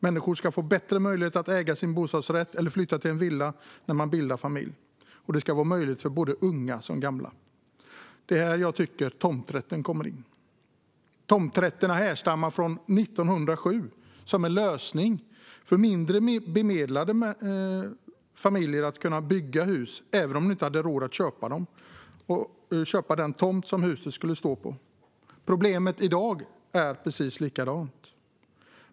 Människor ska få bättre möjligheter att äga sin bostadsrätt eller flytta till en villa när de bildar familj, och det ska vara möjligt för både unga och gamla. Det är här som jag tycker att tomträtten kommer in. Tomträtterna härstammar från 1907 och var då en lösning för mindre bemedlade familjer att kunna bygga hus även om de inte hade råd att köpa den tomt som huset skulle stå på. Problemet i dag är precis likadant.